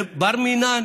ובר מינן,